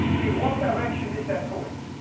in what direction is that torque?